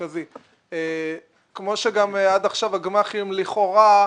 כמו שעד עכשיו הגמ"חים, לכאורה,